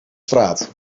straat